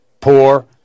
Poor